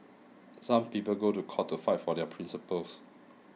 some people go to court to fight for their principles